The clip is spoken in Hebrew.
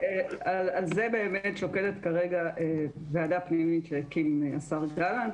על זה באמת שוקדת כרגע ועדה פנימית שהקים השר גלנט.